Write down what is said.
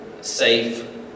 safe